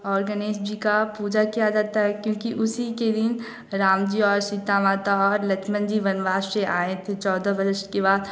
और गणेश जी का पूजा किया जाता है क्योंकि उसी के दिन राम जी और सीता माता और लक्ष्मण जी वनवास से आए थे चौदह बरस के बाद